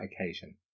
occasion